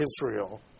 Israel